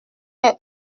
est